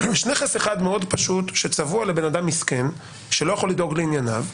נכס אחד פשוט שצבוע לבן אדם מסכן שלא יכול לדאוג לענייניו,